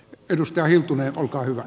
edustaja hiltunen olkaa hyvä